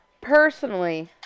personally